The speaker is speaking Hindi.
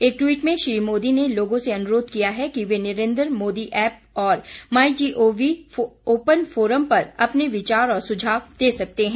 एक ट्वीट में श्री मोदी ने लोगों से अनुरोध किया है कि वे नरेन्द्र मोदी ऐप और my G O V open forum पर अपने विचार और सुझाव दे सकते हैं